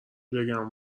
بگم